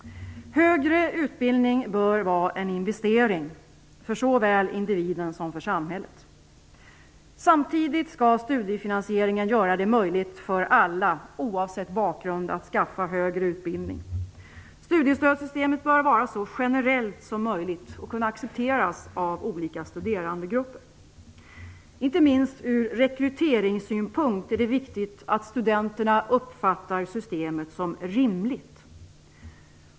Högre utbildning bör vara en investering för såväl individen som för samhället. Samtidigt skall studiefinansieringen göra det möjligt för alla, oavsett bakgrund, att skaffa högre utbildning. Studiestödssystemet bör vara så generellt som möjligt och kunna accepteras av olika studerandegrupper. Inte minst ur rekryteringssynpunkt är det viktigt att studenterna uppfattar systemet som rimligt.